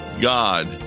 God